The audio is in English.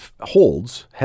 holds